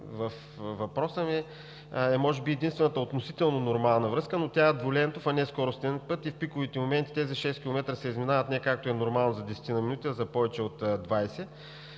въпроса ни, е може би единствената относително нормална връзка, но тя е двулентов, а не скоростен път, и в пиковите моменти тези 6 км се изминават не както е нормално – за 10-ина минути, а за повече от 20.